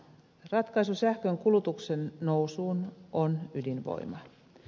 ratkaisu sähkön kulutuksen nousuun on ydinvoima